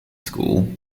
school